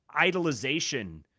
idolization